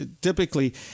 typically